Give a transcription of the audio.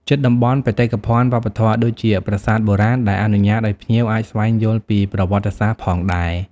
ជិតតំបន់បេតិកភណ្ឌវប្បធម៌ ដូចជាប្រាសាទបុរាណ ដែលអនុញ្ញាតឲ្យភ្ញៀវអាចស្វែងយល់ពីប្រវត្តិសាស្ត្រផងដែរ។